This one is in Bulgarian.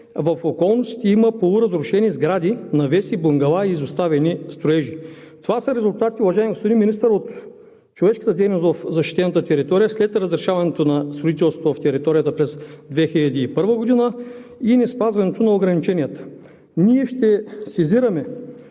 в околностите има полуразрушени сгради, навеси, бунгала и изоставени строежи. Това са резултатите, уважаеми господин Министър, от човешката дейност в защитената територия след разрешаването на строителството в територията през 2001 г. и неспазването на ограниченията. Ние ще сезираме